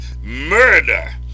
murder